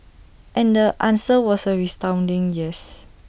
and the answer was A resounding yes